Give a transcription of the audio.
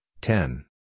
ten